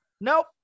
Nope